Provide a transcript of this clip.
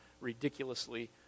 ridiculously